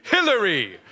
Hillary